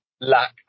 lack